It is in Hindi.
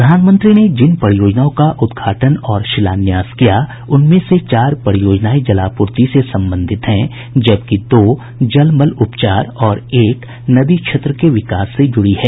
प्रधानमंत्री ने जिन परियोजनओं का उद्घाटन और शिलान्यास किया उनमें से चार परियोजनाएं जलापूर्ति से संबंधित हैं जबकि दो जलमल उपचार और एक नदी क्षेत्र के विकास से जुड़ी है